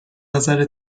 نظر